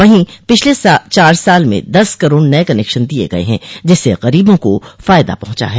वहीं पिछले चार साल में दस करोड नये कनेक्शन दिए गए हैं जिससे गरीबों को फायदा पहुंचा है